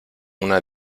una